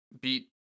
Beat